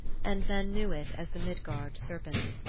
and men knew it as the midgard serpent.